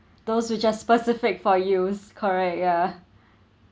those which are specific for use correct ya